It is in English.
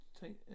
take